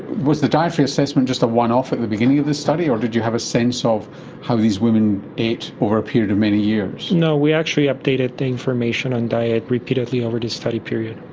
was the dietary assessment just a one-off at the beginning of the study, or did you have a sense of how these women ate over a period of many years? no, we actually updated the information on diet repeatedly over the study period.